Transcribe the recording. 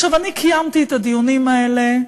עכשיו, אני קיימתי את הדיונים האלה,